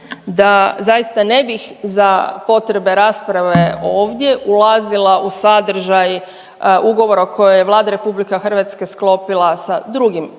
da zaista ne bih za potrebe rasprave ovdje ulazila u sadržaj ugovora koje je Vlada RH sklopila sa drugim